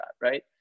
Right